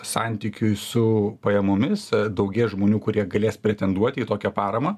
santykiui su pajamomis daugės žmonių kurie galės pretenduoti į tokią paramą